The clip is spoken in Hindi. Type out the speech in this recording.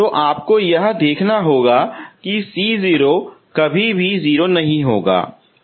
तो आपको यह देखना होगा कि c0 कभी 0 नहीं होगा